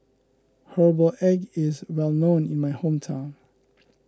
Herbal Egg is well known in my hometown